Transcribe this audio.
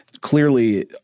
clearly